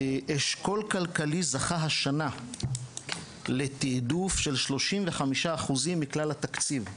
אשכול כלכלי זכה השנה לתיעדוף של 35 אחוזים מכלל התקציב.